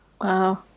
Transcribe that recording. wow